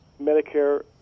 Medicare